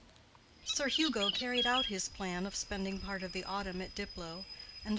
sir hugo carried out his plan of spending part of the autumn at diplow,